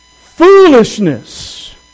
foolishness